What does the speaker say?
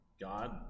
God